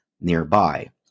nearby